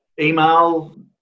email